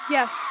Yes